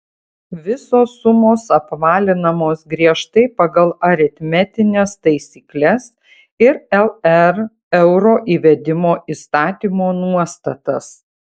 visos sumos apvalinamos griežtai pagal aritmetines taisykles ir lr euro įvedimo įstatymo nuostatas